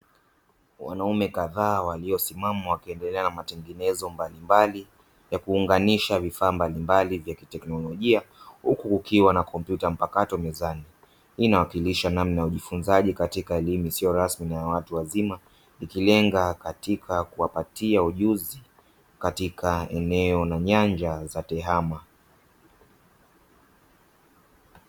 Wanaume kadhaa waliosimama wakiendelea na matengenezo mbalimbali ya kuunganisha vifaa mbalimbali vya kiteknolojia huku kukiwa na kompyuta mpakato mezani, hii inawakilisha namna ya ujifunzaji katika elimu isiyo rasmi na ya watu wazima ikilenga katika kuwapatia ujuzi katika eneo na nyanja za tehama.